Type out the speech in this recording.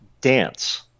dance